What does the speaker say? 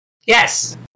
Yes